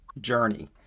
journey